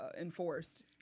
enforced